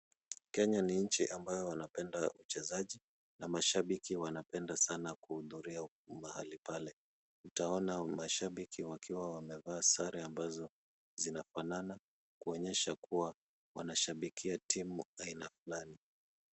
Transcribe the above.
Kenya ni nchi ambayo wanapenda wachezaji na mashabiki wanapenda sana kuhudhuria mahali pale. Utaona mashabiki wakiwa wamevaa sare ambazo zinafanana kuonyesha kuwa wanashabikia timu aina fulani.